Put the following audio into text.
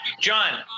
John